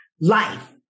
life